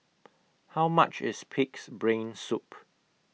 How much IS Pig'S Brain Soup